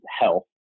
health